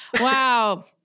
Wow